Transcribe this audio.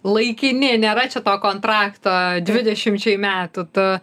laikini nėra čia to kontrakto dvidešimčiai metų tu